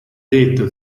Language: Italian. detto